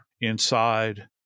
inside